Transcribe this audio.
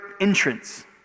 entrance